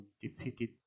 defeated